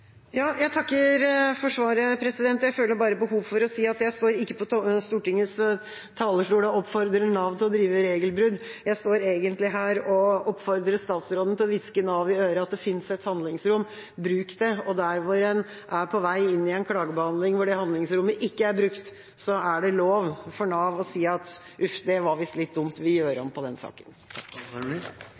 Jeg takker for svaret. Jeg føler et behov for å si at jeg står ikke på Stortingets talerstol og oppfordrer Nav til å drive regelbrudd. Jeg står egentlig her og oppfordrer statsråden til å hviske Nav i øret at det finnes et handlingsrom, at de skal bruke det, og at der hvor en er på vei inn i en klagebehandling hvor det handlingsrommet ikke er brukt, er det lov for Nav å si at uff, det var visst litt dumt, vi gjør om på den saken.